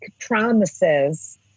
promises